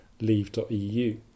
leave.eu